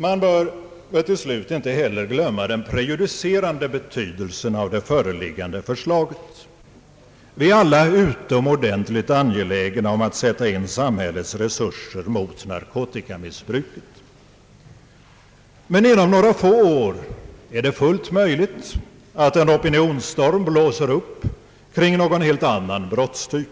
Man bör väl till slut inte heller glömma den prejudicerande betydelsen av det föreliggande förslaget. Vi är alla utomordentligt angelägna om att sätta in samhällets resurser mot narkotikamissbruket. Men inom några få år är det fullt möjligt att en opinionsstorm blåser upp kring någon helt annan brottstyp